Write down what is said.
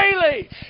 daily